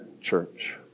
church